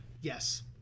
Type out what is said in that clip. Yes